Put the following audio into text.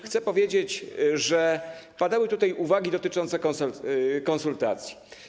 Chcę powiedzieć, że padały tutaj uwagi dotyczące konsultacji.